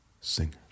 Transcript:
singers